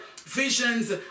visions